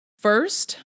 first